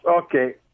Okay